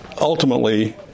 ultimately